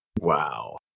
Wow